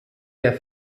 der